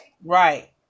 Right